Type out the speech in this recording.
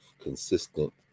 consistent